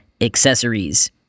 accessories